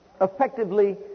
effectively